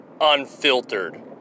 unfiltered